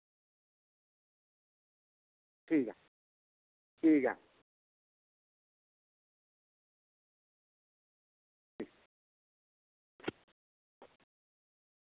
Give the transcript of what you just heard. ठीक ऐ ठीक ऐ